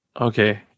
okay